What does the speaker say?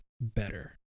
better